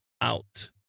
out